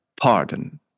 pardon